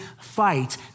fight